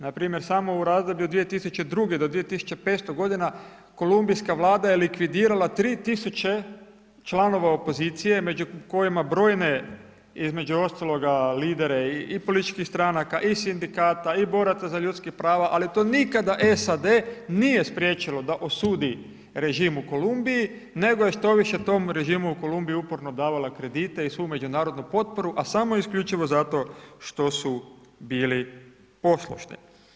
Npr. samo u razdoblju ... Kolumbijska Vlada je likvidirala 3 tisuće članova opozicije među kojima brojne između ostaloga lidere i političkih stranaka i sindikata i boraca za ljudska prava ali to nikada SAD nije spriječilo da osudi režim u Kolumbiji nego je štoviše tom režimu u Kolumbiji uporno davala kredite i svu međunarodnu potporu a samo isključivo zato što su bili poslušni.